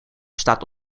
staat